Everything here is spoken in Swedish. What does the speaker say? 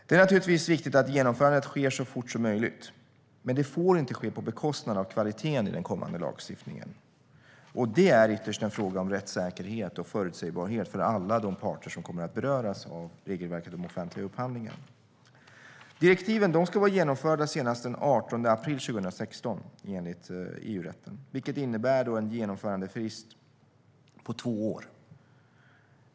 Det är naturligtvis viktigt att genomförandet sker så fort som möjligt, men det får inte ske på bekostnad av kvaliteten i den kommande lagstiftningen. Det är ytterst en fråga om rättssäkerhet och förutsägbarhet för alla de parter som kommer att beröras av regelverket i de offentliga upphandlingarna. Direktiven ska vara genomförda senast den 18 april 2016, enligt EU-rätten. Det innebär en genomförandefrist på två år.